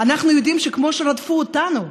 אנחנו יודעים שכמו שרדפו אותנו,